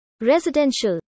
residential